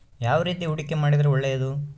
ಯಾವ ರೇತಿ ಹೂಡಿಕೆ ಮಾಡಿದ್ರೆ ಒಳ್ಳೆಯದು?